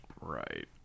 Right